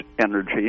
energy